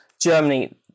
Germany